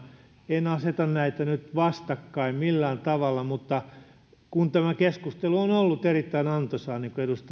en aseta näitä nyt vastakkain millään tavalla mutta tämä keskustelu on ollut erittäin antoisa niin kuin edustaja harakka totesi ja